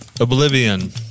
Oblivion